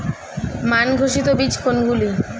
মান ঘোষিত বীজ কোনগুলি?